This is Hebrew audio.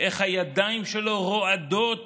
איך הידיים שלו רועדות